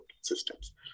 systems